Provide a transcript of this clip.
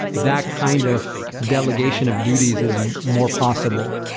that kind of delegation of duties is more possible,